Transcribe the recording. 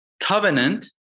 Covenant